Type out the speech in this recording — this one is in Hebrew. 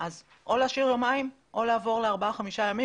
או להשאיר יומיים או לעבור לארבעה-חמישה ימים